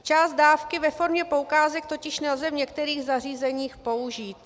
Část dávky ve formě poukázek totiž nelze v některých zařízeních použít.